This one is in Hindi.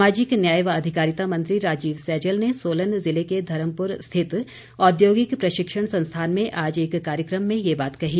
सामाजिक न्याय व अधिकारिता मंत्री राजीव सैजल ने सोलन जिले के धर्मपुर स्थित औद्योगिक प्रशिक्षण संस्थान में आज एक कार्यक्रम में ये बात कही